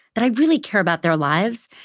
that i really care about their lives,